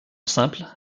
simple